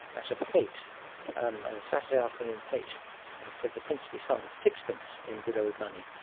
at a fete, um a saturday afternoon fete for the princely sum of sixpence in good old money,